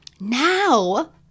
Now